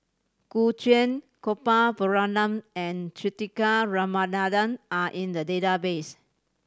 Gu Juan Gopal Baratham and Juthika Ramanathan are in the database